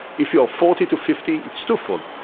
if you are forty to fifty, it's two-fold,